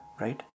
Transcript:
right